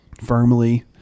firmly